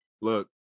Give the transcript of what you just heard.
Look